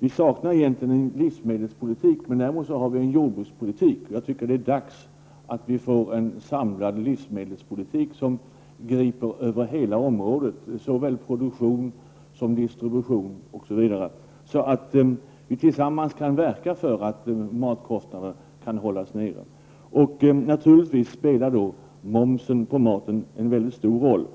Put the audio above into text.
vi egentligen saknar en livsmedelspolitik. Däremot har vi en jordbrukspolitik. Det är nu dags att vi får en samlad livsmedelspolitik som griper över hela området, såväl produktion som distribution. På det sättet kan vi tillsammans verka för att matkostnaderna hålls nere. Naturligtvis spelar här momsen på maten en mycket stor roll.